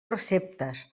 receptes